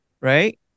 right